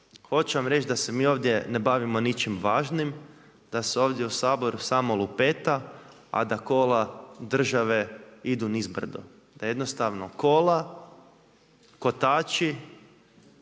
hoću vam reći da se mi ovdje ne bavimo ničim važnim, da se ovdje u Saboru samo lupeta, a da kola države idu niz brod, da jednostavno kola, kotači